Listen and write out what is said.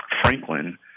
Franklin